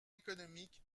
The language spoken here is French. économique